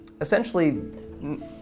essentially